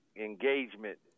engagement